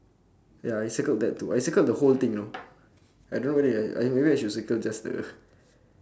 ya I circled that too I circled the whole thing you know I don't know whether I I maybe I should circle just the